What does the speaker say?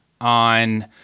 on